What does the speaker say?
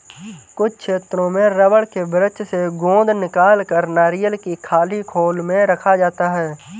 कुछ क्षेत्रों में रबड़ के वृक्ष से गोंद निकालकर नारियल की खाली खोल में रखा जाता है